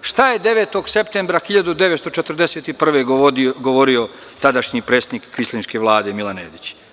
šta je 9. septembra 1941. godine govorio tadašnji predsednik kvislinške Vlade Milan Nedić.